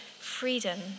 freedom